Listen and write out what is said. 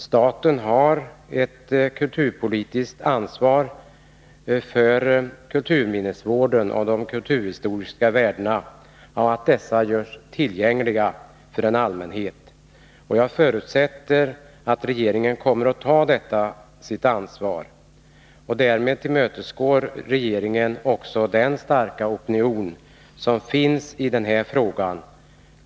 Staten har ett kulturpolitiskt ansvar för kulturminnesvården och för att de kulturhistoriska värdena görs tillgängliga för allmänheten. Jag förutsätter att regeringen kommer att ta detta sitt ansvar. Därmed tillmötesgår regeringen även den starka opinion som finns i den här frågan.